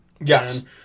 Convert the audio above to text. Yes